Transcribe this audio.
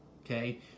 Okay